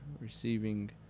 receiving